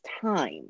time